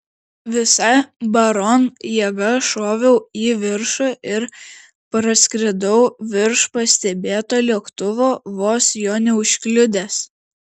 visa baron jėga šoviau į viršų ir praskridau virš pastebėto lėktuvo vos jo neužkliudęs